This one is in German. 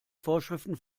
vorschriften